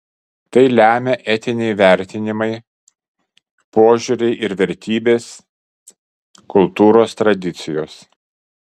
tai lemia etiniai vertinimai požiūriai ir vertybės kultūros tradicijos